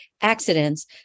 accidents